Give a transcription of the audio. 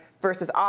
versus